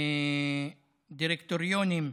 דירקטוריונים.